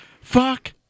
Fuck